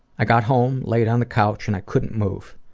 i got home, laid on the couch and i couldn't move.